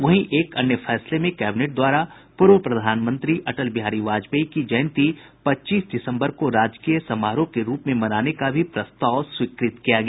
वहीं एक अन्य फैसले में कैबिनेट द्वारा पूर्व प्रधानमंत्री अटल बिहारी वाजपेयी की जयंती पच्चीस दिसम्बर को राजकीय समारोह के रूप में मनाने का भी प्रस्ताव स्वीकृत किया गया